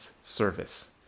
service